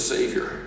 Savior